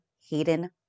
Hayden